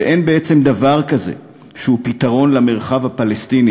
ואין בעצם דבר כזה שהוא פתרון למרחב הפלסטיני